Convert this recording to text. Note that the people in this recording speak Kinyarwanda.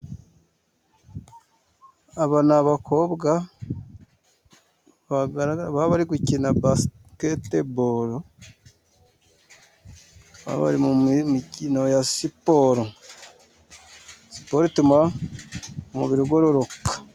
Aba ni abakobwa baba bari gukina basiketebolo. Baba bari mu mikino ya siporo. Siporo ituma umubiri ugororoka.